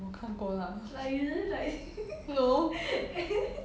我看过 lah no